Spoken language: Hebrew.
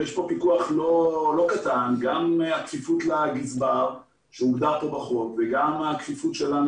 יש פה פיקוח לא קטן גם הכפיפות למגזר וגם הכפיפות שלנו